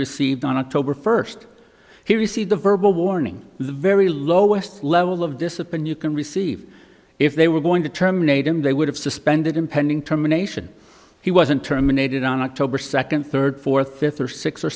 received on october first he received a verbal warning the very lowest level of discipline you can receive if they were going to terminate him they would have suspended impending terminations he wasn't terminated on october second third fourth fifth or sixth or